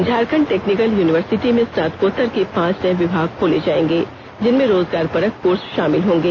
Jharkhand technical university में स्नातकोत्तर के पांच नए विभाग खोले जाएंगे जिनमें रोजगार परक कोर्स शामिल होंगे